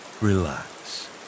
relax